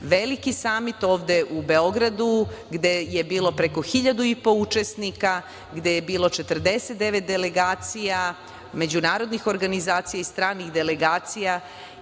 veliki samit ovde u Beogradu gde je bilo preko 1.500 učesnika, gde je bilo 49 delegacija, međunarodnih organizacija i stranih delegacija